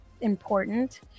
important